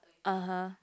(uh huh)